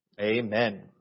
Amen